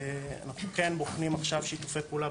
אנחנו כן בוחנים עכשיו שיתופי פעולה.